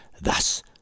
Thus